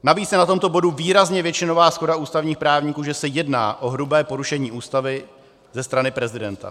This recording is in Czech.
Navíc je na tomto bodu výrazně většinová shoda ústavních právníků, že se jedná o hrubé porušení Ústavy ze strany prezidenta.